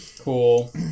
Cool